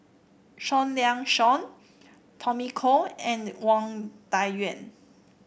Seah Liang Seah Tommy Koh and Wang Dayuan